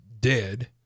dead